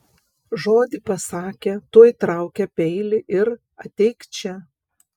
žodį pasakė tuoj traukia peilį ir ateik čia